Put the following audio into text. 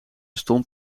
stond